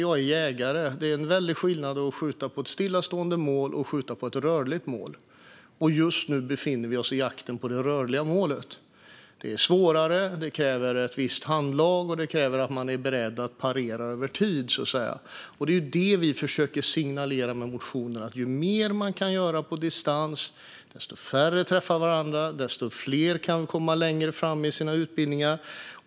Jag är jägare, och det är stor skillnad mellan att skjuta på ett stillastående mål och ett rörligt mål. Just nu befinner vi oss i jakten på det rörliga målet. Det är svårare, och det kräver ett visst handlag och att man är beredd att parera över tid. Det är detta vi försöker signalera med motionen: Ju mer man kan göra på distans, desto färre träffar varandra och desto fler kan komma längre i sina utbildningar.